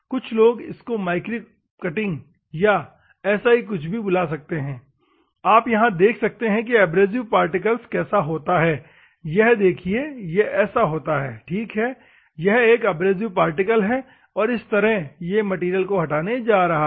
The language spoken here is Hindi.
कुछ लोग इसको माइक्रो कटिंग या ऐसा ही कुछ भी बुला सकते है आप यहां देख सकते हैं कि एब्रेसिव पार्टिकल कैसा होता है यह देखिए ऐसा होता है ठीक है यह एक एब्रेसिव पार्टिकल है और इस तरह ये मैटेरियल को हटाने जा रहा है